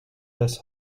das